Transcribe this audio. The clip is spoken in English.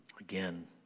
again